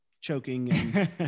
choking